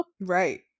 Right